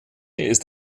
ist